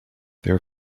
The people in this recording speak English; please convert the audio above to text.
were